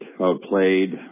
outplayed